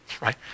right